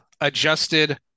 adjusted